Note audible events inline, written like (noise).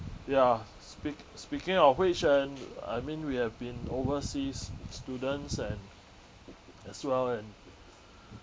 ya speak~ speaking of hui xuan I mean we have been overseas students and (noise) as well and